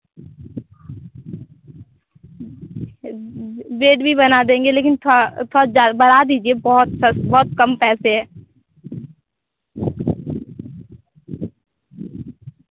bed भी बना देंगे लेकिन थोड़ा थोड़ा बड़ा बढ़ा दीजिए बहुत सस बहुत कम पैसे हैं